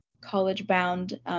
college-bound